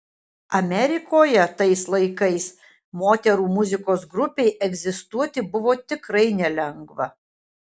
amerikoje tais laikais moterų muzikos grupei egzistuoti buvo tikrai nelengva